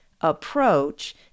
approach